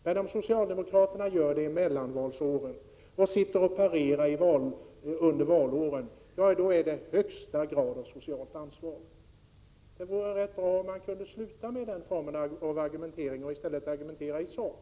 Men om socialdemokraterna gör det i mellanvalsår och sedan parerar under valår, då är det i högsta grad socialt ansvar! Det vore rätt bra, Aina Westin, om vi kunde få ett slut på den formen av argumentering, så att det i stället blev argumentering i sak.